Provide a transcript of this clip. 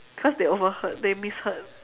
cause they overheard they misheard